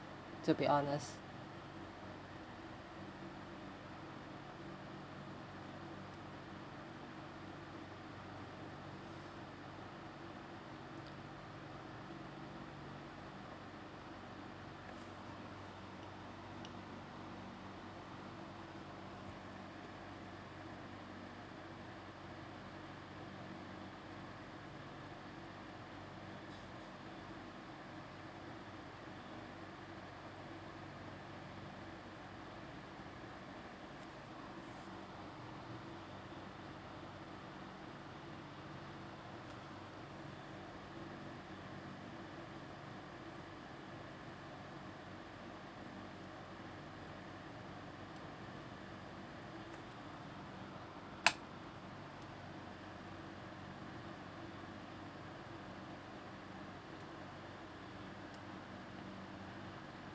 to be honest